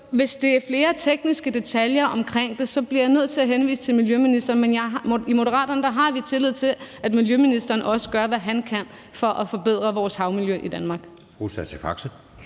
hvis det er flere tekniske detaljer om det, bliver jeg nødt til at henvise til miljøministeren. Men i Moderaterne har vi tillid til, at miljøministeren også gør, hvad han kan for at forbedre vores havmiljø i Danmark.